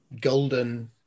golden